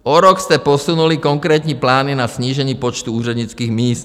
O rok jste posunuli konkrétní plány na snížení počtu úřednických míst.